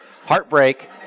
heartbreak